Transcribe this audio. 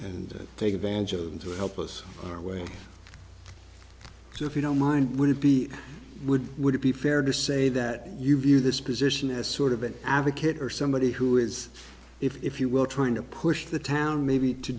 and take advantage of them to help us on our way because if you don't mind would it be would would it be fair to say that you view this position as sort of an advocate or somebody who is if you will trying to push the town maybe to